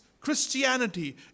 Christianity